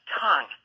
tongue